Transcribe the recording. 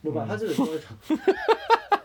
no but 他是很多人讲